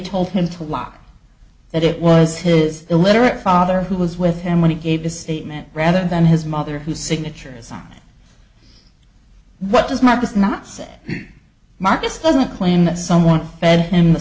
told him to lock that it was his illiterate father who was with him when he gave his statement rather than his mother whose signature is on what does marcus not say marcus doesn't claim that someone fed him the